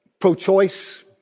pro-choice